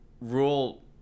rule